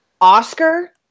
Oscar